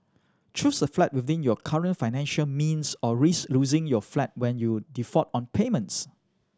choose a flat within your current financial means or risk losing your flat when you default on payments